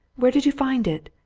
where did you find it?